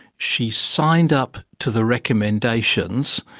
she signed up to the recommendations.